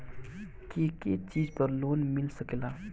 के के चीज पर लोन मिल सकेला?